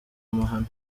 amahano